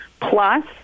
plus